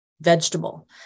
vegetable